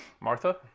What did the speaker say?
Martha